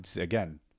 again